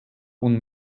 und